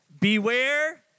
beware